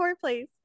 place